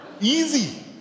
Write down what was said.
Easy